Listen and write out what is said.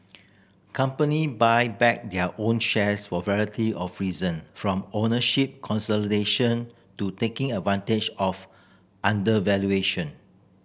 company buy back their own shares for variety of reason from ownership consolidation to taking advantage of undervaluation